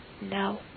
No